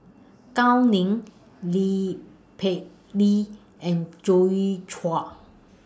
Gao Ning Lee Lee and Joi Chua